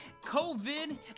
COVID